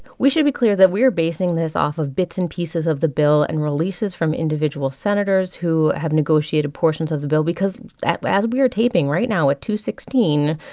we should be clear that we're basing this off of bits and pieces of the bill and releases from individual senators who have negotiated portions of the bill because as we're taping right now at two sixteen,